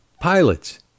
pilots